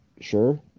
sure